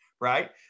Right